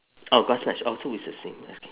oh grass patch oh so it's the same that's okay